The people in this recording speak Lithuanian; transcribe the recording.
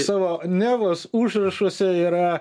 savo nevos užrašuose yra